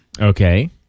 Okay